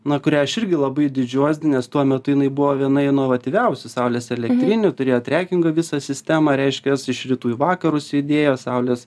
na kuria aš irgi labai didžiuojuos nes tuo metu jinai buvo viena inovatyviausių saulės elektrinių turėjo trekingo visą sistemą reiškias iš rytų į vakarus judėjo saulės